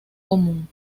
común